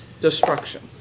destruction